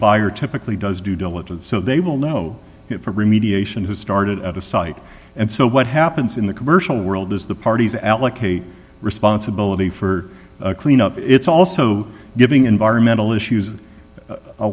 buyer typically does due diligence so they will know it for remediation has started at a site and so what happens in the commercial world is the parties allocate responsibility for cleanup it's also giving environmental issues